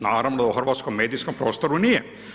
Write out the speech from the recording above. Naravno u hrvatskom medijskom prostoru nije.